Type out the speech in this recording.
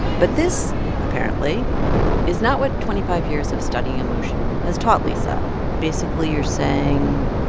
but this apparently is not what twenty five years of studying emotion has taught lisa basically you're saying,